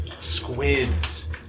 squids